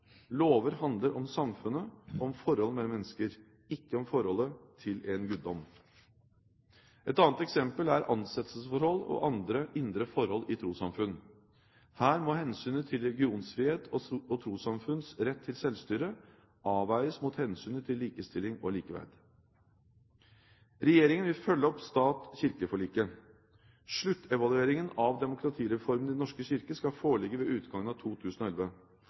Lover handler om samfunnet og forholdet mellom mennesker, ikke om forholdet til en guddom. Et annet eksempel er ansettelsesforhold og andre indre forhold i trossamfunn. Her må hensynet til religionsfrihet og trossamfunns rett til selvstyre avveies mot hensynet til likestilling og likeverd. Regjeringen vil følge opp stat–kirke-forliket. Sluttevalueringen av demokratireformen i Den norske kirke skal foreligge ved utgangen av 2011.